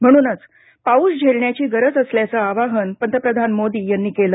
म्हणूनच पाउस झेलण्याची गरज असल्याचं आवाहन पंतप्रधान नरेंद्र मोदी यांनी केलं